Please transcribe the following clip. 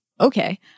Okay